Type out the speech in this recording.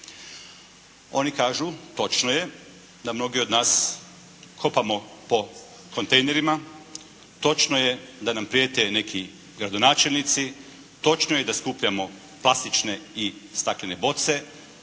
Oni kažu, točno je da mnogi od nas kopamo po kontejnerima, točno je da nam prijete neki gradonačelnici, točno je da skupljamo plastične i staklene boce,